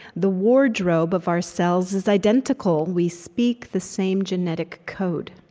the wardrobe of our cells is identical. we speak the same genetic code.